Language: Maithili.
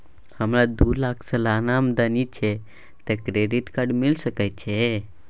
हमरा दू लाख सालाना आमदनी छै त क्रेडिट कार्ड मिल सके छै?